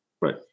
right